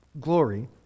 glory